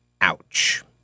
Ouch